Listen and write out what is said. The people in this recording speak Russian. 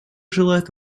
желает